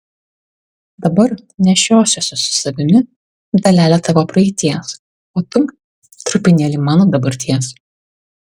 dabar nešiosiuosi su savimi dalelę tavo praeities o tu trupinėlį mano dabarties